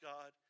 God